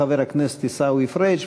הוא חבר הכנסת עיסאווי פריג'.